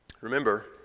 Remember